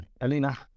Alina